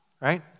right